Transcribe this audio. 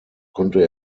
konnte